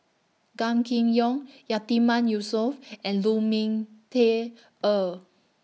Gan Kim Yong Yatiman Yusof and Lu Ming Teh Earl